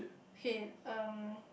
head um